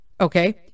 Okay